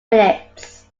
minutes